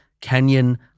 Kenyan